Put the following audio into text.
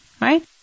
Right